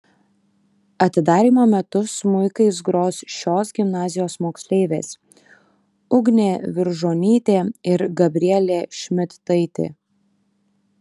atidarymo metu smuikais gros šios gimnazijos moksleivės ugnė viržonytė ir gabrielė šmidtaitė